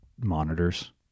monitors